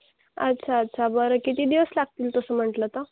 अच्छा अच्छा बरं किती दिवस लागतील तसं म्हटलं तर